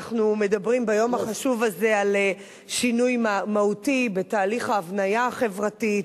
אנחנו מדברים ביום החשוב הזה על שינוי מהותי בתהליך ההבניה החברתית,